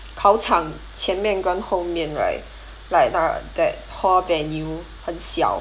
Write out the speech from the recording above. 考场前面跟后面 right like 那 that hall venue 很小